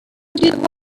did